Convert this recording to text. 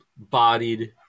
Bodied